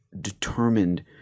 determined